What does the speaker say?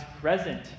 present